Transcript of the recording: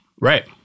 Right